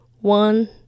one